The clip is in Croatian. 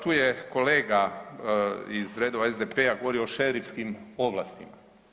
Tu je kolega iz redova SDP-a govorio o šerifskim ovlastima.